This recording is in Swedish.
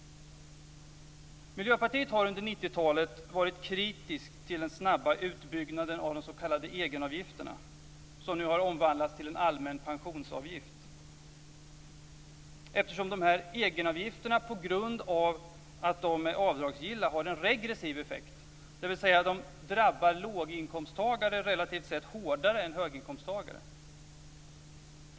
Dessa egenavgifter har en regressiv effekt på grund av att de är avdragsgilla, dvs. de drabbar relativt sett låginkomsttagare hårdare än höginkomsttagare.